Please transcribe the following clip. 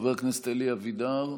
חבר הכנסת אלי אבידר,